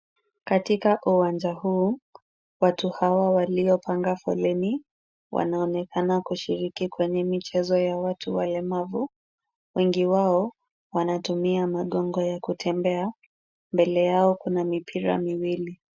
Katika uwanja huu, watu hawa waliopanga foleni wanaonekana kushiriki kwenye michezo ya watu walemavu, wengi wao wanatumia magongo ya kutembea. Mbele yao kuna mipira miwili.